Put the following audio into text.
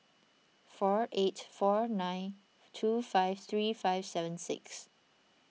four eight four nine two five three five seven six